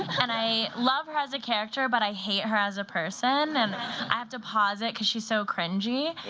and i love her as a character, but i hate her as a person. and i have to pause it, because she's so cringey.